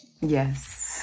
Yes